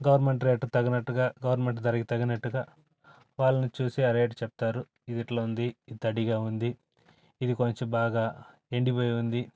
government రేట్కి తగినట్టుగా government ధరకి తగినట్టుగా వాళ్ళని చూసి ఆ రేట్ చెప్తారు ఇదిట్లుంది ఇది తడిగా ఉంది ఇది కొంచెం బాగా ఎండిపోయి ఉంది